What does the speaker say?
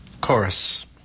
chorus